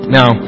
Now